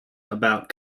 about